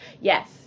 Yes